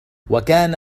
وكان